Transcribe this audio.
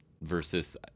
versus